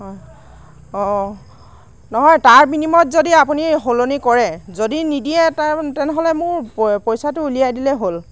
হয় অঁ নহয় তাৰ বিনিময়ত যদি আপুনি সলনি কৰে যদি নিদিয়ে তাৰ তেনেহ'লে মোৰ পই পইচাটো উলিয়াই দিলে হ'ল